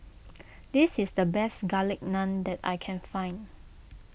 this is the best Garlic Naan that I can find